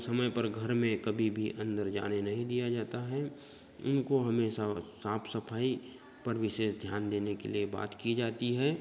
समय पर घर में कभी भी अंदर जाने नहीं दिया जाता है उनको हमेशा साफ सफाई पर विशेष ध्यान देने के लिए बात की जाती है